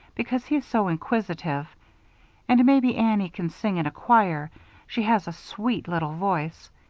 because he's so inquisitive and maybe annie can sing in a choir she has a sweet little voice.